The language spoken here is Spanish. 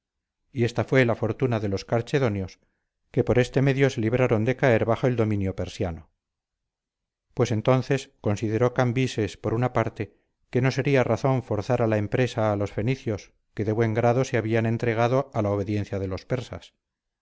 y esta fue la fortuna de los carchedonios que por este medio se libraron de caer bajo el dominio persiano pues entonces consideró cambises por una parte que no sería razón forzar a la empresa a los fenicios que de buen grado se habían entregado a la obediencia de los persas